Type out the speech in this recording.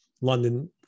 London